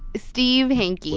steve hanke, yeah